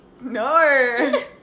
no